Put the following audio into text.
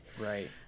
Right